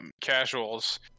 casuals